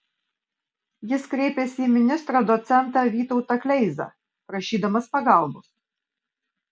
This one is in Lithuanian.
jis kreipėsi į ministrą docentą vytautą kleizą prašydamas pagalbos